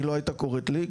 היא לא הייתה קורית לי,